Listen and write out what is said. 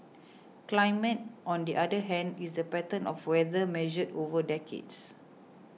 climate on the other hand is the pattern of weather measured over decades